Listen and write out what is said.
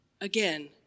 Again